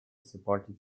supported